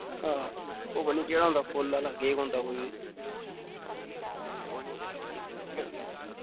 हां ओह् पता नी केह्ड़ा होंदा फुल आह्ला केक होंदा कोई हां